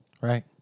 Right